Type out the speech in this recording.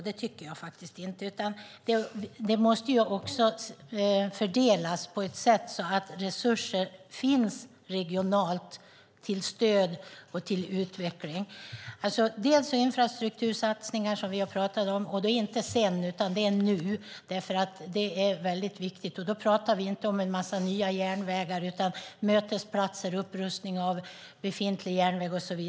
Det måste fördelas så att resurser till stöd och utveckling finns regionalt. Infrastruktursatsningar, som vi har pratat om, ska inte göras sedan utan nu. Vi pratar inte om nya järnvägar utan om mötesplatser och upprustning av befintlig järnväg.